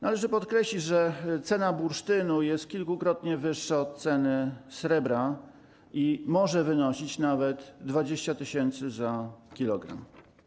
Należy podkreślić, że cena bursztynu jest kilkukrotnie wyższa od ceny srebra i może wynosić nawet 20 tys. za 1 kg.